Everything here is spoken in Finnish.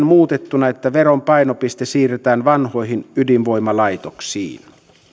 muutettuna että veron painopiste siirretään vanhoihin ydinvoimalaitoksiin